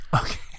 Okay